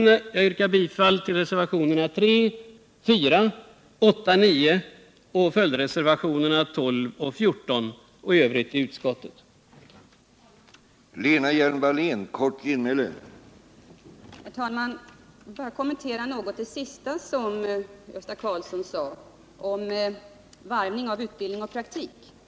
Jag yrkar bifall till reservationerna 3, 4, 8 och 9 och följdreservationerna 12 och 14 samt i övrigt till utskottets hemställan.